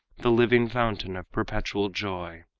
the living fountain of perpetual joy.